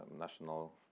national